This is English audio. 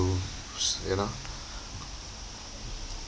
s~ you know